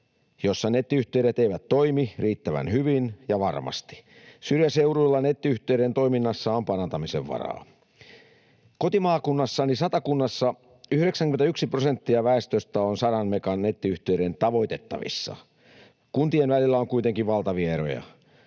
joilla nettiyhteydet eivät toimi riittävän hyvin ja varmasti. Syrjäseuduilla nettiyhteyden toiminnassa on parantamisen varaa. Kotimaakunnassani Satakunnassa 91 prosenttia väestöstä on 100 megan nettiyhteyden tavoitettavissa. Kuntien välillä on kuitenkin valtavia eroja.